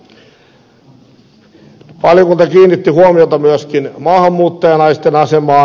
valiokunta kiinnitti huomiota myöskin maahanmuuttajanaisten asemaan